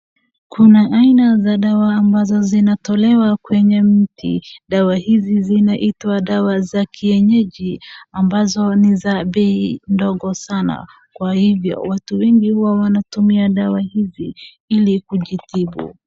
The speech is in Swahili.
Kuna aina za dawa ambazo zinatolewa kwenye mti. Dawa hizi zinaitwa dawa za kienyeji ambazo ni za bei ndogo sana kwa hivyo watu wengi hua wanatumia dawa hizi ili kujitibu.